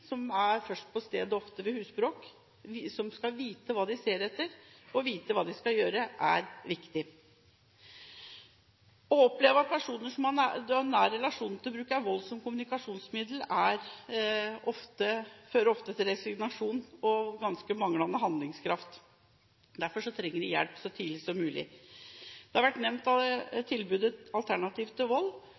ofte er først på stedet ved husbråk. At de vet hva de skal se etter, vite hva de skal gjøre, er viktig. Å oppleve at personer som man har en nær relasjon til, bruker vold som kommunikasjonsmiddel fører ofte til resignasjon og manglende handlekraft. Derfor trenger de som opplever dette, hjelp så tidlig som mulig. Tilbudet Alternativ til Vold